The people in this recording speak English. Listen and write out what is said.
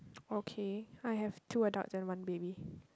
okay I have two adults and one baby